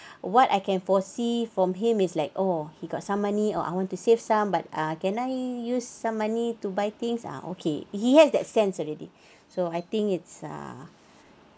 what I can foresee from him is like oh he got some money oh I want to save some but ah can I use some money to buy things ah okay he has that sense already so I think it's uh